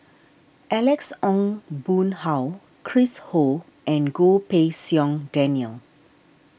Alex Ong Boon Hau Chris Ho and Goh Pei Siong Daniel